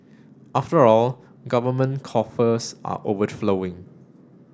after all government coffers are overflowing